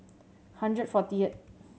hundred fortieth